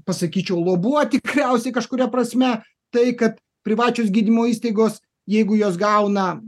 pasakyčiau lobuot tikriausiai kažkuria prasme tai kad privačios gydymo įstaigos jeigu jos gauna